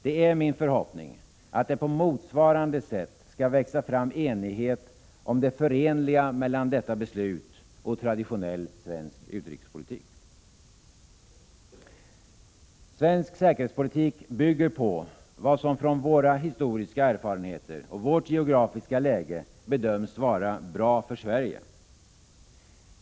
Det är min förhoppning att det på motsvarande sätt skall växa fram enighet om att detta beslut och traditionell svensk utrikespolitik är förenliga. Svensk säkerhetspolitik bygger på vad som från våra historiska erfarenheter och vårt geografiska läge bedöms vara bra för Sverige.